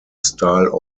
style